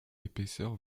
épaisseur